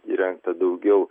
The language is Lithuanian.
įrengta daugiau